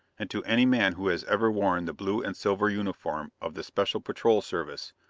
and to any man who has ever worn the blue and silver uniform of the special patrol service,